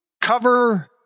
cover